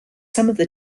some